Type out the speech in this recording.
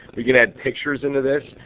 we can add pictures into this,